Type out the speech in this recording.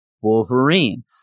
Wolverine